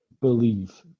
believe